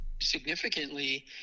significantly